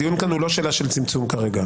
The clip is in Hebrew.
הדיון כאן הוא לא שאלה של צמצום כרגע.